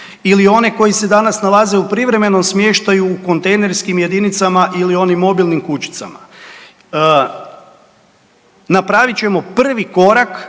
ili one koji se danas nalaze u privremenom smještaju u kontejnerskim jedinicama ili onim mobilnim kućicama. Napravit ćemo prvi korak